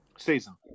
season